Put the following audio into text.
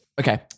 Okay